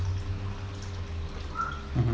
mmhmm